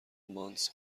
مانتس